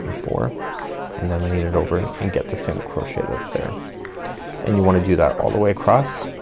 four and then lean it over and get the single crochet that's there and you wanna do that all the way across.